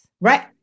Right